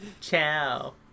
Ciao